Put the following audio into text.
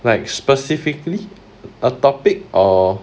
like specifically a topic or